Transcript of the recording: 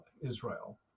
Israel